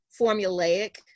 formulaic